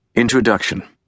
Introduction